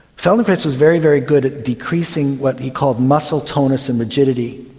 feldenkrais was very, very good at decreasing what he called muscle tonus and rigidity,